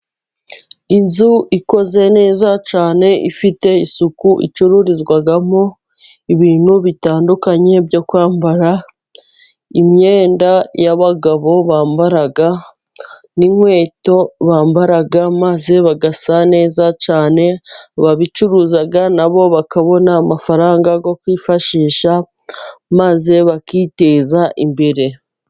Inzu ikoze neza cyane , ifite isuku icururizwamo ibintu bitandukanye byo kwambara, imyenda y'abagabo bambara, n'inkweto bambara, maze bagasa neza cyane, ababicuruza nabo bakabona amafaranga yo kwifashisha, maze bakiteza imbere.